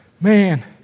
man